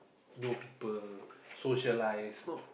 know people socialize not